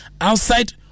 outside